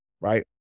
right